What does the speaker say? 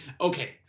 Okay